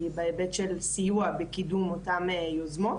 בהיבט של סיוע בקידום של אותן יוזמות.